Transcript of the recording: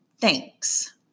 Thanks